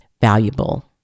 valuable